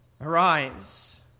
arise